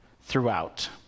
throughout